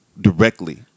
directly